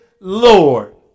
Lord